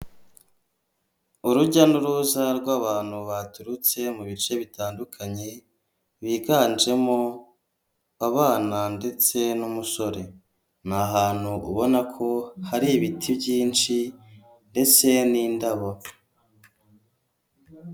Urujya n'uruza rw'abantu baturutse mu bice bitandukanye, biganjemo abana ndetse n'umusore, ni hantu ubona ko hari ibiti byinshi ndese n'indabo.